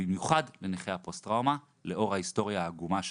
במיוחד לנכי הפוסט טראומה לאור ההיסטוריה העגומה שהיתה.